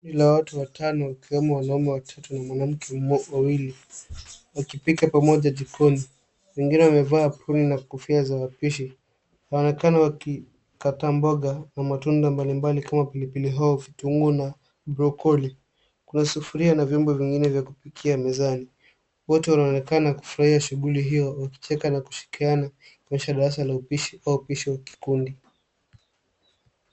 Kundi la watu watano wakiwemo wanaume watatu na wanawake wawili, wakipika pamoja jikoni. Wengine wamevaa aproni na kofia za wapishi, wanaonekana wakikata mboga na matunda mbalimbali kama pilipili hoho, vitunguu na brokoli. Kuna sufuria na vyombo vingine vya kupikia mezani. Wote wanaonekana kufurahia shughuli hiyo wakicheka na kushirikiana kuonyesha darasa la upishi au upishi wa kikundi.